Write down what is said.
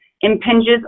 impinges